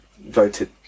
voted